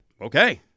Okay